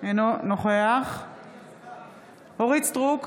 אינו נוכח אורית מלכה סטרוק,